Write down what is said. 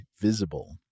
Visible